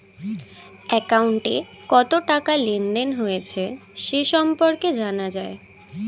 অ্যাকাউন্টে কত টাকা লেনদেন হয়েছে সে সম্পর্কে জানা যায়